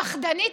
הפחדנית,